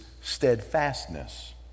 steadfastness